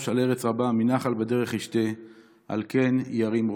על ארץ רבה מנחל בדרך ישתה על כן ירים ראש".